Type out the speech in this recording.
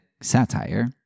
satire